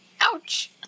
ouch